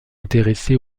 intéressé